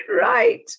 right